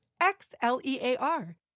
X-L-E-A-R